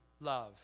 love